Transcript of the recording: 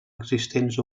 existents